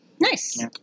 Nice